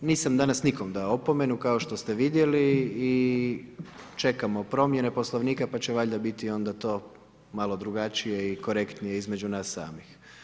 Nisam danas nikome dao opomenu kao što ste vidjeli i čekamo promjene Poslovnika pa će valjda onda biti onda to malo drugačije i korektnije između nas samih.